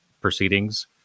proceedings